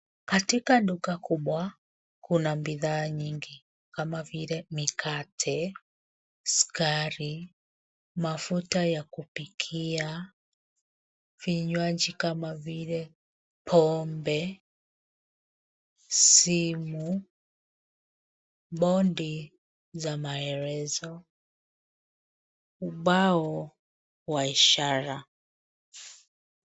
Katika duka kubwa kuna bidhaa nyingi kama vile mikate, sukari ,mafuta ya kupikia, vinywaji kama vile pombe, simu ,bondi za maereza ubao wa ishara.